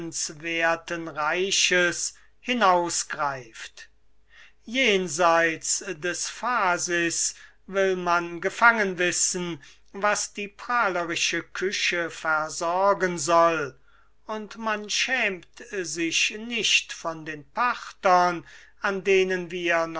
reiches hinaus greift jenseits des phasis will man gefangen wissen was die prahlerische küche versorgen soll und man schämt sich nicht von den parthern an denen wir